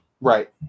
Right